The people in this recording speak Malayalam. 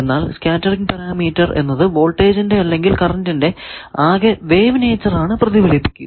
എന്നാൽ സ്കേറ്ററിങ് പാരാമീറ്റർ എന്നത് വോൾട്ടേജിന്റെ അല്ലെങ്കിൽ കറന്റിന്റെ ആകെ വേവ് നേച്ചർ ആണ് പ്രതിഫലിപ്പിക്കുക